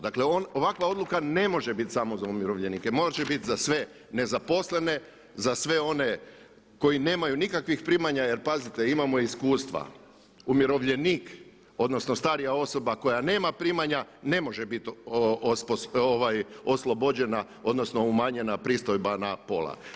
Dakle ovakva odluka ne može biti samo za umirovljenike, morat će biti za sve nezaposlene, za sve one koji nemaju nikakvih primanja, jer pazite imamo iskustva, umirovljenik odnosno starija osoba koja nema primanja ne može biti oslobođena odnosno umanjenja pristojba na pola.